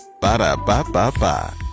Ba-da-ba-ba-ba